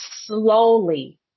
slowly